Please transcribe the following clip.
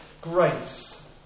grace